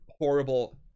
horrible